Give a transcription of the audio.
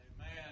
Amen